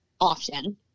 often